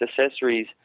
accessories